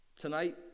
Tonight